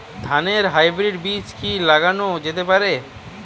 ধানের হাইব্রীড বীজ কি লাগানো যেতে পারে?